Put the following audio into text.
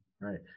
right